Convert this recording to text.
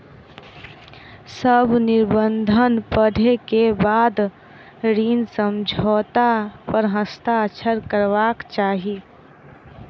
सभ निबंधन पढ़ै के बाद ऋण समझौता पर हस्ताक्षर करबाक चाही